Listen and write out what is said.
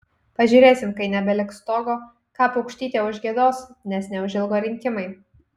pažiūrėsim kai nebeliks stogo ką paukštytė užgiedos nes neužilgo rinkimai